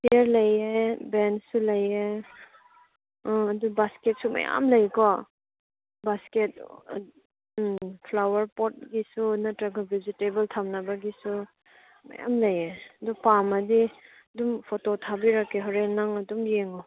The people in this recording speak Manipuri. ꯆꯤꯌꯔ ꯂꯩꯌꯦ ꯕꯦꯟꯁꯨ ꯂꯩꯌꯦ ꯑꯥ ꯑꯗꯨ ꯕꯥꯁꯀꯦꯠꯁꯨ ꯃꯌꯥꯝ ꯂꯩꯀꯣ ꯕꯥꯁꯀꯦꯠ ꯎꯝ ꯐ꯭ꯂꯥꯋꯥꯔ ꯄꯣꯠꯀꯤꯁꯨ ꯅꯠꯇ꯭ꯔꯒ ꯕꯦꯖꯤꯇꯦꯕꯜ ꯊꯝꯅꯕꯒꯤꯁꯨ ꯃꯌꯥꯝ ꯂꯩꯌꯦ ꯑꯗꯨ ꯄꯥꯝꯃꯗꯤ ꯑꯗꯨꯝ ꯐꯣꯇꯣ ꯊꯥꯕꯤꯔꯛꯀꯦ ꯍꯣꯔꯦꯟ ꯅꯪ ꯑꯗꯨꯝ ꯌꯦꯡꯉꯣ